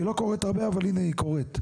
היא לא קורית הרבה אבל הנה היא קורית.